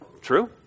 True